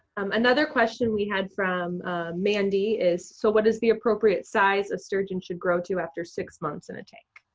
um another question we had from mandy is, so what is the appropriate size a sturgeon should grow to after six months in a tank?